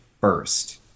first